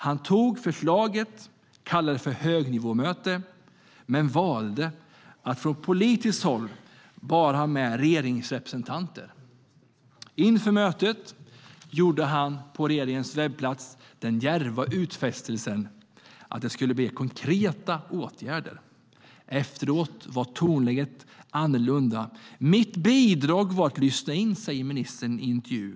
Han tog förslaget till något han kallade för högnivåmöte, men valde att från politiskt håll bara ha med regeringsrepresentanter. Inför mötet gjorde han på regeringens webbplats den djärva utfästelsen att det skulle bli konkreta åtgärder. Efteråt var tonläget annorlunda. Mitt bidrag var att lyssna, säger ministern i en intervju.